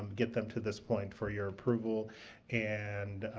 um get them to this point for your approval and